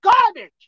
garbage